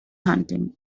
hunting